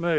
Kanske är